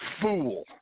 fool